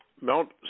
Mount